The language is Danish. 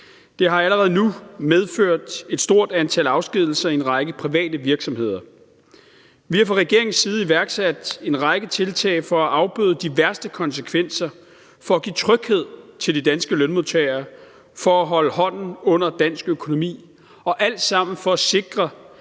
Det har allerede nu medført et stort antal afskedigelser i en række private virksomheder. Vi har fra regeringens side iværksat en række tiltag for at afbøde de værste konsekvenser, for at give tryghed til de danske lønmodtagere, for at holde hånden under dansk økonomi og alt sammen for at sikre,